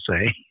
say